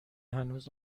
هنوز